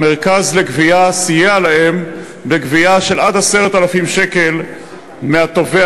המרכז לגבייה סייע להם בגבייה של עד 10,000 שקל מהתובע,